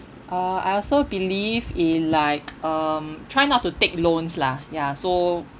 uh I also believe in like um try not to take loans lah ya so